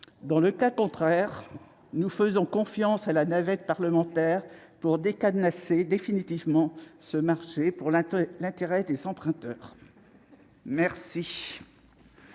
Dans le cas contraire, nous faisons confiance à la navette parlementaire pour décadenasser définitivement ce marché, dans l'intérêt des emprunteurs. La